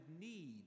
need